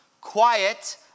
quiet